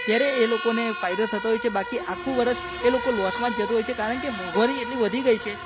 ત્યારે એ લોકોને ફાયદો થતો હોય છે બાકી આખું વરસ એ લોકો લોસમાં જ જતો હોય છે કારણકે મોંઘવારી એટલી વધી ગઈ છે